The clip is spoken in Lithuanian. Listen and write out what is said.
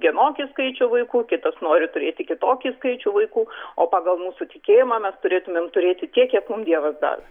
vienokį skaičių vaikų kitas nori turėti kitokį skaičių vaikų o pagal mūsų tikėjimą mes turėtumėm turėti tiek kiek mum dievas davė